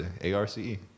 A-R-C-E